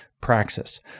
Praxis